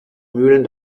mühlen